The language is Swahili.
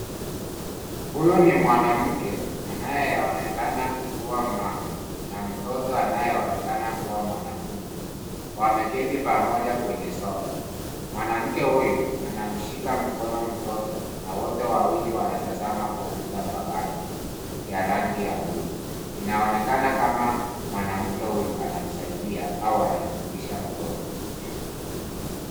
Huyu ni mwanamke anayeonekana kuwa mama na mtoto anayeonekana kuwa mwanafunzi. Wameketi pamoja kwenye sofa. Mwanamke huyu anamshika mkono mtoto na wote wawili wanatazama kompyuta mpakato ya rangi ya buluu. Inaonekana kama mwanamke huyu anamsaidia au anamfundisha mtoto.